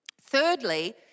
Thirdly